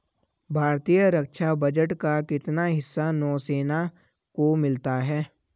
भारतीय रक्षा बजट का कितना हिस्सा नौसेना को मिलता है?